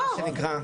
זה היה בתגובה.